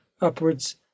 upwards